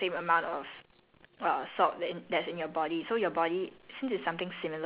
so um like when it's zero point nine percent salt right that's the same amount of